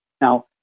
Now